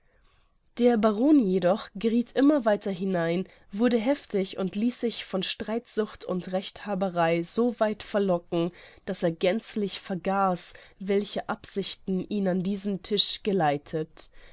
der baron jedoch gerieth immer weiter hinein wurde heftig und ließ sich von streitsucht und rechthaberei so weit verlocken daß er gänzlich vergaß welche absichten ihn an diesen tisch geleitet